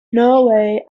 norway